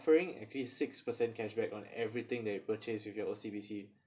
offering actually six percent cashback on everything that you purchase with your O_C_B_C